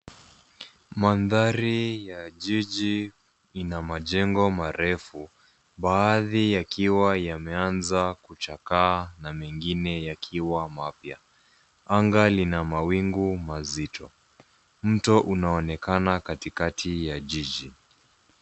Mandhari ya jiji ina majengo marefu baadhi yakiwa yameanza kuchakaa na mengine yakiwa mapya. Anga lina mawingu mazito. Mto unaonekana katikati ya jiji.